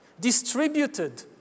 distributed